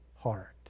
heart